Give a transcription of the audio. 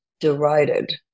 derided